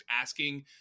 asking